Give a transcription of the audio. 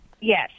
Yes